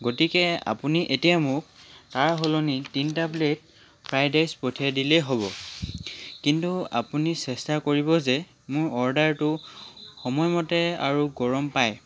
গতিকে আপুনি এতিয়া মোক তাৰ সলনি তিনিটা প্লে'ট ফ্ৰাইড ৰাইচ পঠিয়াই দিলে হ'ব কিন্তু আপুনি চেষ্টা কৰিব যে মোৰ অৰ্ডাৰটো সময়মতে আৰু গৰম পায়